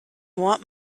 want